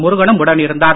முருகனும் உடன் இருந்தார்